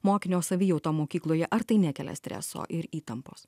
mokinio savijautą mokykloje ar tai nekelia streso ir įtampos